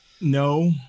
no